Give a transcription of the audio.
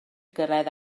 gyrraedd